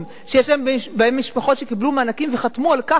שיש בהם משפחות שקיבלו מענקים וחתמו על כך שבמשך